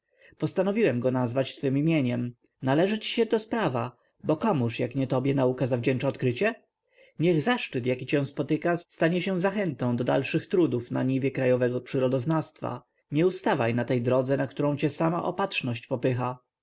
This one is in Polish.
postanowiłem go nazwać twem imieniem należy ci się to z prawa bo komuż jak nie tobie nauka zawdzięcza odkrycie niech zaszczyt jaki cię spotyka stanie się zachętą do dalszych trudów na niwie krajowego przyrodoznawstwa nieustawaj na tej drodze na którą cię sama opatrzność